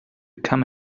come